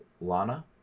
Lana